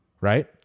Right